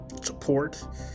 support